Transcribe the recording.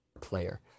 player